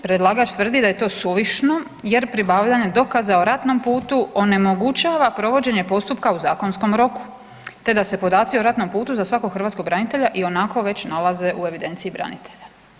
Predlagač tvrdi da je to suvišno, jer pribavljanje dokaza o ratnom putu onemogućava provođenje postupka u zakonskom roku te da se podaci o ratnom putu za svakog hrvatskog branitelja ionako već nalaze u evidenciji branitelja.